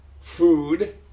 food